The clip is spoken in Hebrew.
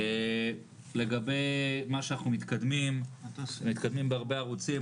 לגבי מה שאנחנו מתקדמים בהרבה ערוצים,